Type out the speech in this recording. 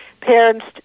parents